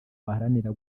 baharanira